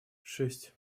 шесть